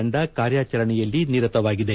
ತಂಡ ಕಾರ್ಯಾಚರಣೆಯಲ್ಲಿ ನಿರತವಾಗಿವೆ